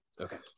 Okay